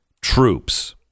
troops